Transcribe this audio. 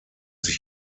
sich